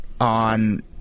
on